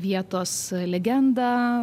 vietos legendą